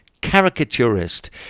caricaturist